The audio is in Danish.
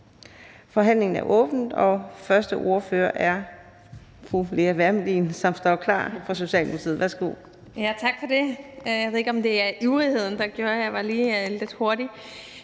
Forhandlingen er åbnet, og første ordfører er fru Lea Wermelin, som står klar, fra Socialdemokratiet. Værsgo. Kl. 17:52 (Ordfører) Lea Wermelin (S): Tak for det. Jeg ved ikke, om det var ivrigheden, der gjorde, at jeg lige var lidt hurtig.